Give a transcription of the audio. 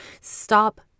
stop